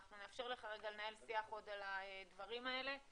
אנחנו נאפשר לך לנהל שיח עוד על הדברים האלה,